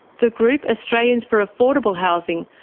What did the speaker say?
the group, australians for affordable housing,